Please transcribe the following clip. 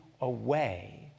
away